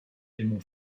démon